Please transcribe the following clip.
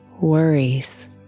Worries